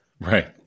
Right